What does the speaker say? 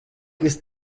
ist